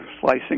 slicing